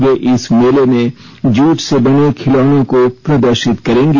वे इस मेले में जूट से बने खिलौनों को प्रदर्शित करेंगी